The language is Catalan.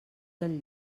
del